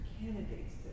candidates